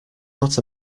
not